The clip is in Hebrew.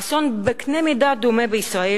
אסון בקנה מידה דומה בישראל